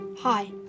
Hi